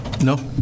No